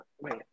Wait